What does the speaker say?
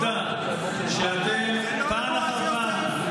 העובדה שאתם פעם אחר פעם,